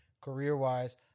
career-wise –